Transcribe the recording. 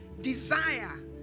desire